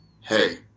hey